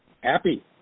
happy